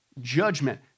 Judgment